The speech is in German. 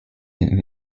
den